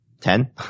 ten